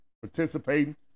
participating